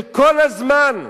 שכל הזמן,